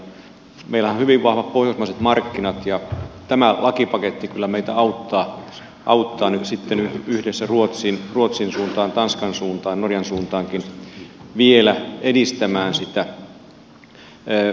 meillähän on hyvin vahvat pohjoismaiset markkinat ja tämä lakipaketti kyllä meitä auttaa nyt sitten yhdessä ruotsin suuntaan tanskan suuntaan norjan suuntaankin vielä edistämään sitä